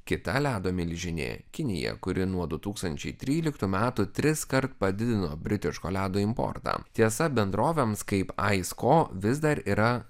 kita ledo milžinė kinija kuri nuo du tūkstančiai tryliktų metų triskart padidino britiško ledo importą tiesa bendrovėms kaip ais ko vis dar yra